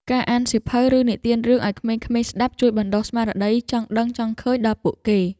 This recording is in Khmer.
ការអានសៀវភៅ ឬនិទានរឿងឱ្យក្មេងៗស្តាប់ជួយបណ្តុះស្មារតីចង់ដឹងចង់ឃើញដល់ពួកគេ។